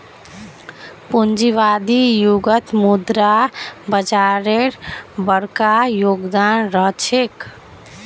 पूंजीवादी युगत मुद्रा बाजारेर बरका योगदान रह छेक